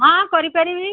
ହଁ କରିପାରିବି